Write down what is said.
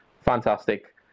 Fantastic